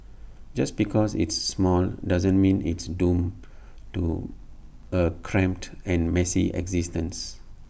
just because it's small doesn't mean it's doomed to A cramped and messy existence